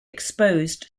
exposed